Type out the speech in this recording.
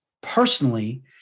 personally